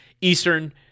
Eastern